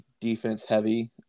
defense-heavy